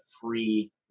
free